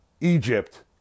Egypt